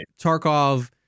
Tarkov